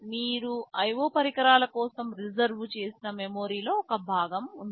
మీరు IO పరికరాల కోసం రిజర్వు చేసిన మెమరీలో ఒక భాగం ఉంది